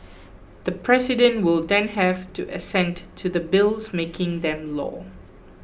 the president will then have to assent to the bills making them law